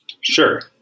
Sure